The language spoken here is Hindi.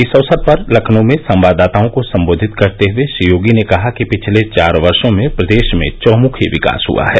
इस अवसर पर लखनऊ में संवाददाताओं को संबोधित करते हुए श्री योगी ने कहा कि पिछले चार वर्षों में प्रदेश में चहुंमुखी विकास हुआ है